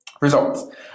Results